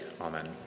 amen